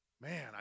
Man